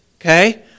Okay